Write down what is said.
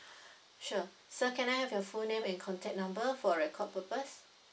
sure sir can I have your full name and contact number for record purpose